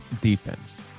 Defense